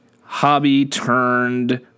hobby-turned